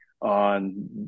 on